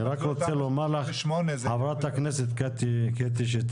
אני רק רוצה לומר לך חברת הכנסת קטי שטרית,